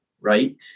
Right